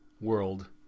world